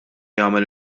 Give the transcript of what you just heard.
jagħmel